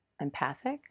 Empathic